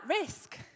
risk